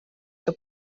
que